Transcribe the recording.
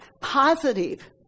positive